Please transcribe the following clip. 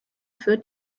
führt